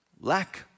lack